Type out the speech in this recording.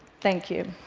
thank you.